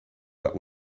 but